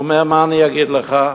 הוא אומר: מה אני אגיד לך.